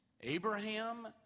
Abraham